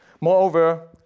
Moreover